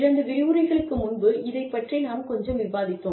இரண்டு விரிவுரைகளுக்கு முன்பு இதைப் பற்றி நாம் கொஞ்சம் விவாதித்தோம்